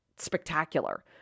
spectacular